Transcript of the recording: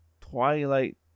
twilight